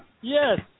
Yes